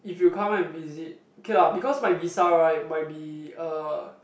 if you come and visit okay lah because my visa right might be uh